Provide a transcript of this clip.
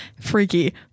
freaky